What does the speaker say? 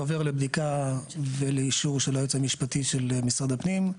זה עובר לבדיקה ולאישור של היועץ המשפטי של משרד הפנים.